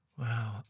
Wow